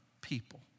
people